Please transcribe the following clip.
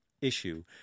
issue